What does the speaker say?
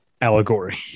allegory